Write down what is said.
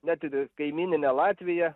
ne ir į kaimyninę latviją